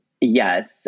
Yes